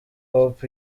hop